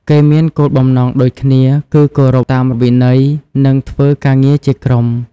គេមានគោលបំណងដូចគ្នា គឺគោរពតាមវិន័យ និងធ្វើការងារជាក្រុម។